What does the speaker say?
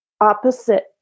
opposite